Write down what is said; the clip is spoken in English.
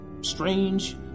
strange